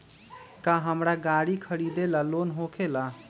का हमरा गारी खरीदेला लोन होकेला?